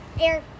air